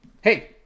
hey